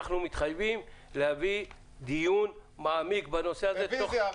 אנחנו מתחייבים להביא דיון מעמיק בנושא הזה תוך -- רביזיה.